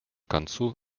концу